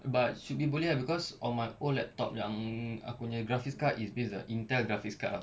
but should be boleh ah cause on my old laptop yang aku nya graphic card is based on intel's graphic card [tau]